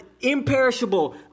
imperishable